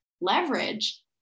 leverage